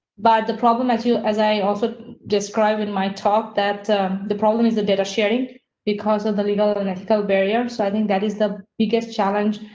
but the problem as you as i also describe in my talk that the problem is the data sharing because of the legal and ethical barrier. so i think that is the biggest challenge.